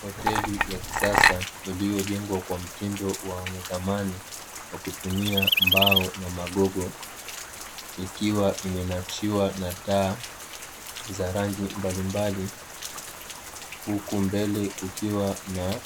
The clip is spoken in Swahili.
Hoteli ya kisasa iliyojengwa kwa mtindo wa zamani wa kutumia mbao na magogo, ikiwa imenakshiwa na taa za rangi mbalimbali huku mbele kukiwa na